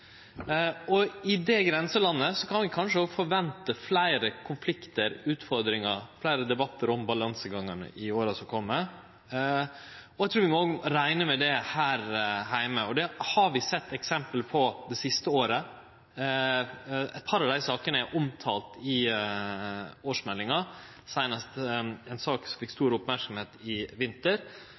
situasjon. I det grenselandet kan vi kanskje òg forvente fleire konfliktar, utfordringar og fleire debattar om balansegangane i åra som kjem, og eg trur vi òg må rekne med det her heime. Det har vi sett eksempel på det siste året, eit par av dei sakene er omtalte i årsmeldinga, seinast gjeld det ei sak som fekk stor merksemd i vinter.